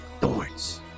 thorns